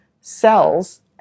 cells